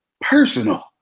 personal